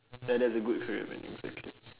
ya that's a good career man exactly